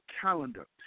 calendar